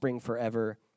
forever